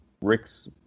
Rick's